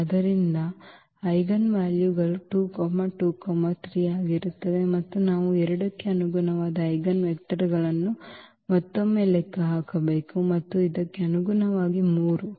ಆದ್ದರಿಂದ ಐಜೆನ್ವಾಲ್ಯೂಗಳು 2 2 3 ಆಗಿರುತ್ತದೆ ಮತ್ತು ನಾವು 2 ಗೆ ಅನುಗುಣವಾದ ಐಜೆನ್ವೆಕ್ಟರ್ಗಳನ್ನು ಮತ್ತೊಮ್ಮೆ ಲೆಕ್ಕ ಹಾಕಬೇಕು ಮತ್ತು ಇದಕ್ಕೆ ಅನುಗುಣವಾಗಿ 3